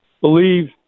believe